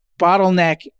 bottleneck